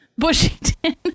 Bushington